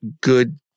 good